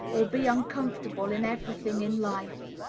or be uncomfortable in every thing in life.